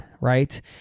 right